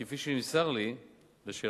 כפי שנמסר לי לשאלתך,